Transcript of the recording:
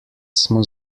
smo